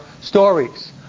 stories